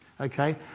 okay